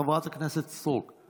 חברת הכנסת סטרוק.